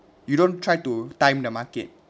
you don't try to time the market